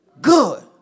good